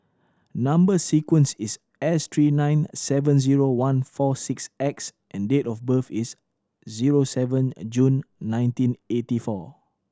number sequence is S three nine seven zero one four six X and date of birth is zero seven June nineteen eighty four